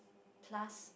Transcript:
plus